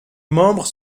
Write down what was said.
membres